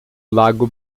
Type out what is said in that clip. lago